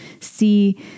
see